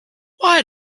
why